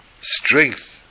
strength